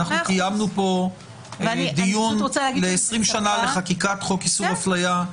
קיימנו פה דיון ל-20 שנה לחקיקת חוק איסור הפליה.